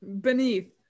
beneath